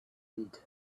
read